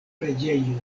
preĝejoj